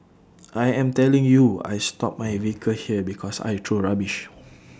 I am telling you I stop my vehicle here because I throw rubbish